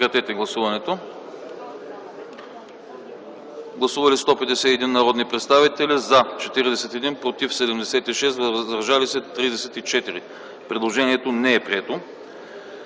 представител Михаил Миков. Гласували 151 народни представители: за 41, против 76, въздържали се 34. Предложението не е прието.